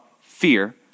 fear